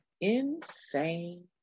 insane